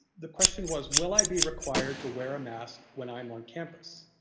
the question was will i be required to wear a mask when i'm on campus?